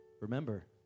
Remember